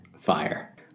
fire